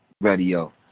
radio